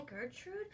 Gertrude